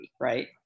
right